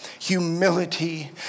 humility